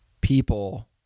people